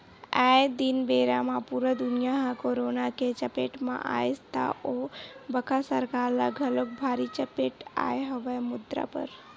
आये दिन बेरा म पुरा दुनिया ह करोना के चपेट म आइस त ओ बखत सरकार ल घलोक भारी चपेट आय हवय मुद्रा बर